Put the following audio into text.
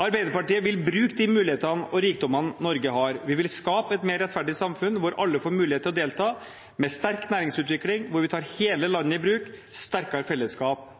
Arbeiderpartiet vil bruke de mulighetene og rikdommene Norge har. Vi vil skape et mer rettferdig samfunn, hvor alle får mulighet til å delta, med sterk næringsutvikling, hvor vi tar hele landet i bruk, med sterkere fellesskap